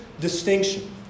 Distinction